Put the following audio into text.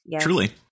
Truly